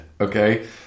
okay